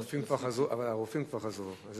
אבל הרופאים כבר חזרו.